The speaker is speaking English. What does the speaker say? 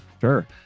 Sure